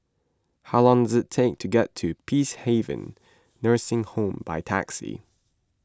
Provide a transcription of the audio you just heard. how long does it take to get to Peacehaven Nursing Home by taxi